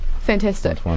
Fantastic